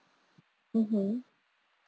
mmhmm